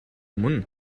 өмнө